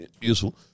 useful